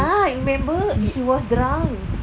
yeah I remember she was drunk